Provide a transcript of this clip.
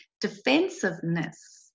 Defensiveness